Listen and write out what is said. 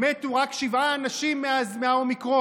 מתו רק שבעה אנשים מהאומיקרון.